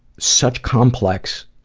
such complex,